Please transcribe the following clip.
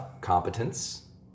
competence